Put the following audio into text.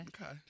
Okay